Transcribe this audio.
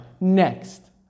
Next